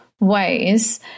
ways